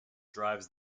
drives